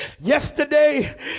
yesterday